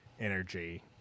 energy